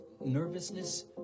nervousness